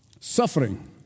Suffering